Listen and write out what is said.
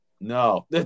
No